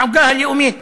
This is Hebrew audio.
העוגה הלאומית.